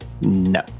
No